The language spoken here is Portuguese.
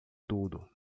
tudo